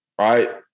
Right